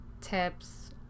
tips